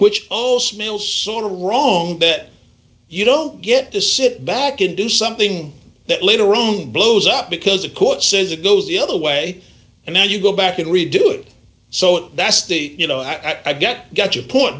which all smale sort of wrong that you don't get to sit back and do something that little room blows up because the court says it goes the other way and then you go back and redo it so that's the you know i get get your point